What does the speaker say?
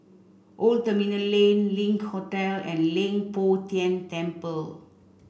Old Terminal Lane Link Hotel and Leng Poh Tian Temple